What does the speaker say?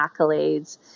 accolades